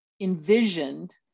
envisioned